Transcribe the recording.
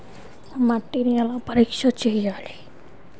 మట్టిని ఎలా పరీక్ష చేయాలి?